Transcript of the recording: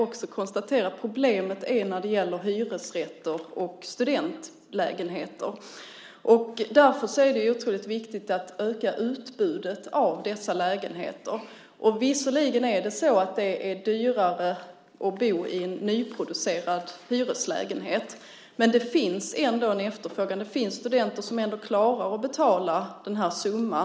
Problemet gäller hyresrätter och studentlägenheter. Därför är det otroligt viktigt att öka utbudet av dessa lägenheter. Visserligen är det dyrare att bo i en nyproducerad hyreslägenhet, men det finns ändå en efterfrågan. Det finns studenter som klarar att betala denna summa.